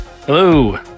Hello